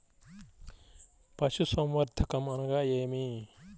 పశుసంవర్ధకం అనగా ఏమి?